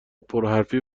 پرحرفی